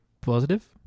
positive